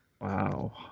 Wow